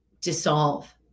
dissolve